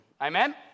Amen